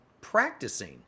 practicing